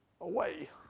away